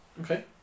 Okay